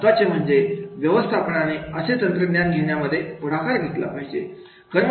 महत्त्वाचे म्हणजे व्यवस्थापनाने असे तंत्रज्ञान घेण्यामध्ये पुढाकार घेतला पाहिजे